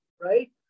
right